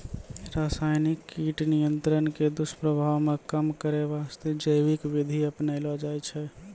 रासायनिक कीट नियंत्रण के दुस्प्रभाव कॅ कम करै वास्तॅ जैविक विधि अपनैलो जाय छै